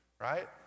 right